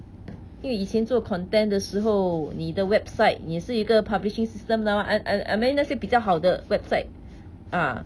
因为以前做 content 的时候你的 website 你也是一个 publishing system mah I I I mean 那些比较好的 website uh